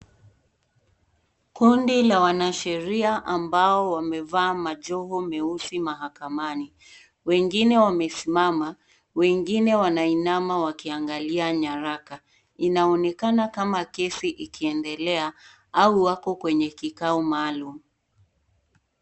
Kundi la wanasheria ambao wamevaa majovu meusi mahakamani. Wengine wamesimama, wengine wanainama wakiangalia nyaraka. Inaonaekana kama kesi ikiendelea au wako kwenye kikao maalum.